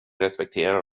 respekterar